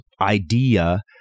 idea